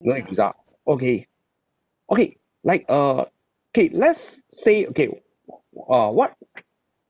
no need visa okay okay like uh K let's s~ say okay uh what